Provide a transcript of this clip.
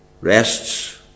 rests